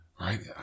Right